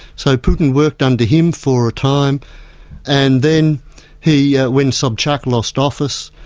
so putin worked under him for a time and then he, when sobchak lost office,